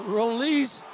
release